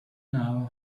know